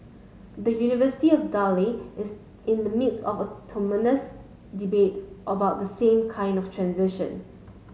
the University of Delhi is in the midst of a debate about the same kind of transition